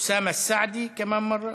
אוסאמה סעדי, כמאן מרה?